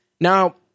Now